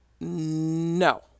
No